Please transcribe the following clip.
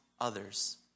others